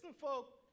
folk